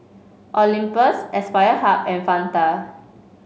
Olympus Aspire Hub and Fanta